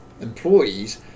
employees